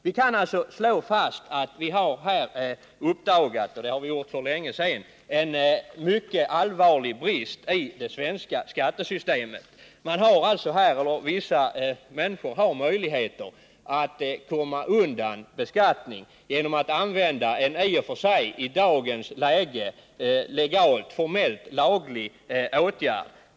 Vi kan alltså slå fast att vi har här uppdagat — det har vi gjort för länge sedan — en mycket allvarlig brist i det svenska skattesystemet. Vissa människor har möjligheter att komma undan beskattning genom att använda en i och för sig i dagens läge formellt laglig åtgärd.